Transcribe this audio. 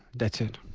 that's it.